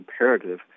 imperative